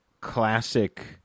classic